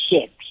six